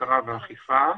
בקרה ואכיפה.